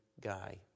guy